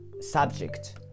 subject